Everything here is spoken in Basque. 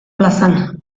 plazan